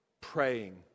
praying